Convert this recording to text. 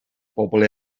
bobl